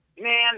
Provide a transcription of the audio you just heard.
Man